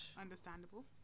Understandable